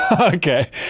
Okay